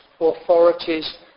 authorities